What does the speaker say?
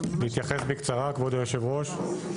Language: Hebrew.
להתייחס בקצרה, כבוד יושב הראש?